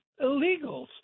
illegals